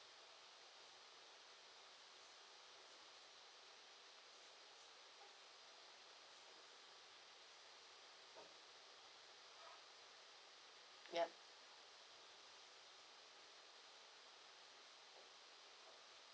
yup